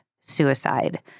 suicide